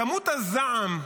כמות הזעם,